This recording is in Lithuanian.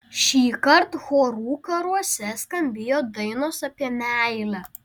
šįkart chorų karuose skambėjo dainos apie meilę